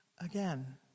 again